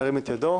ירים את ידו.